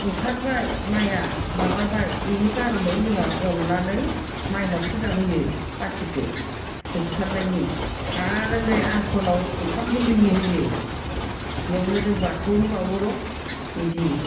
ओंखारबाय माइआ माबाबाय बेनि कार'नै जोंहा अन्नानै माइनाव फुजा होयो खाथिखौ जोबथारनायनि आरो नै आघोनाव ओंखाम गोरलैनि होयो बेयावनो जों बाथौआवनो बावो र' बिदि